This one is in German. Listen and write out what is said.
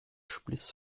spliss